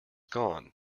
gone